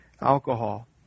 alcohol